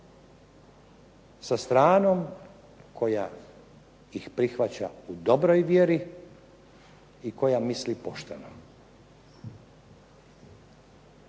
sa stranom koja ih prihvaća u dobroj vjeri, i koja misli pošteno.